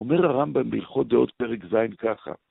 אומר הרמב״ם בהלכות דעות פרק ז' ככה